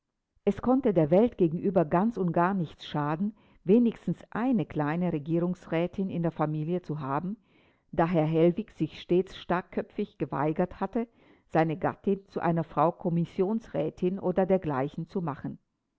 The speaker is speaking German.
es konnte der welt gegenüber ganz und gar nichts schaden wenigstens eine kleine regierungsrätin in der familie zu haben da herr hellwig sich stets starrköpfig geweigert hatte seine gattin zu einer frau kommissionsrätin oder dergleichen zu machen